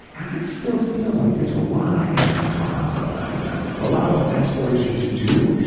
and i still feel like there's a lot i haven't come out about yet, a lot of exploration to do,